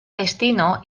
destino